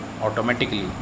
automatically